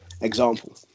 example